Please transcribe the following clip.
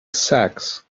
sacks